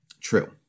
True